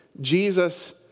Jesus